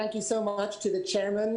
תודה רבה ליושב-הראש,